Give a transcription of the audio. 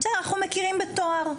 ואנחנו מכירים בתואר.